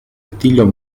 estilo